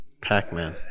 Pac-Man